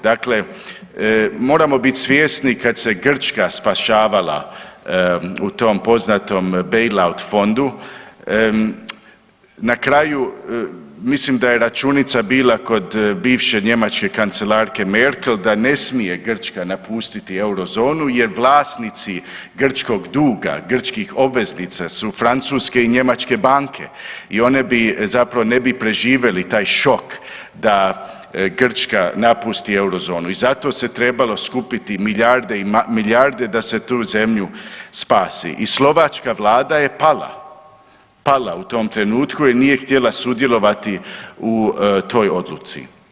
Dakle moramo bit svjesni, kad se Grčka spašavala u tom poznatom bailout fondu, na kraju, mislim da je računica bila kod bivše njemačke kancelarke Merkel da ne smije Grčka napustiti Eurozonu jer vlasnici grčkog duga, grčkih obveznica su francuske i njemačke banke i one bi zapravo, ne bi preživjeli taj šok da Grčka napusti Eurozonu i zato se trebalo skupiti milijarde i milijarde da se tu zemlju spasi i slovačka Vlada je pala, pala u tom trenutku jer nije htjela sudjelovati u toj odluci.